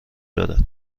دارد